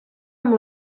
amb